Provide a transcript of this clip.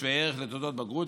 שווי ערך לתעודות בגרות,